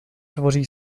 tvoří